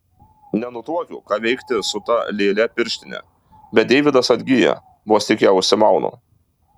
nenutuokiu ką veikti su ta lėle pirštine bet deividas atgyja vos tik ją užsimaunu